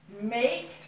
make